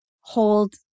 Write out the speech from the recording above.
hold